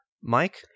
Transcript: Mike